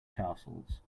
castles